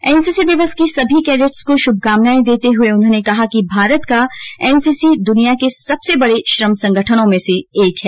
NCC दिवस की सभी कैडेट्स को शुभकामनाए देते हुए कहा कि भारत का एनसीसी दुनिया के सबसे बड़े श्रम संगठनों में से एक है